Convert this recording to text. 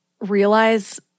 realize